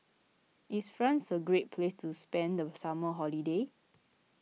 is France a great place to spend the summer holiday